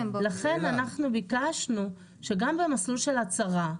לכן אנחנו ביקשנו שגם במסלול של הצהרה,